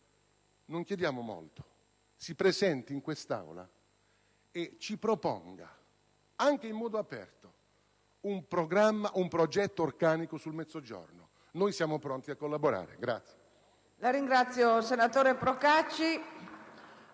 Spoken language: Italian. non chiediamo molto - si presenti in quest'Aula e ci proponga, anche in modo aperto, un progetto organico sul Mezzogiorno. Noi siamo pronti a collaborare.